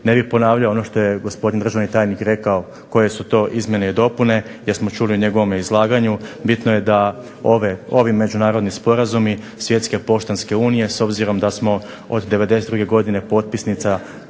Ne bih ponavljao ono što je gospodin državni tajnik rekao koje su to izmjene i dopune jer smo čuli u njegovom izlaganju. Bitno je da ovi međunarodni sporazumi Svjetske poštanske unije, s obzirom da smo od '92. potpisnica